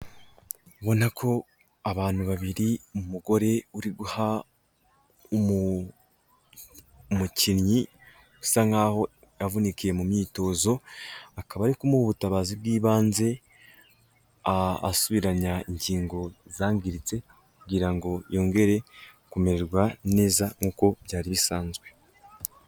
Urabona ko abantu babiri umugore uri guha umukinnyi usa nk'aho yavunikiye mu myitozo, akaba ari kumuha ubutabazi bw'ibanze, asubiranya ingingo zangiritse kugira ngo yongere kumererwa neza nk'uko byari bisanzwe.